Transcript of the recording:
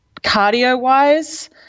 cardio-wise